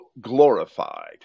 glorified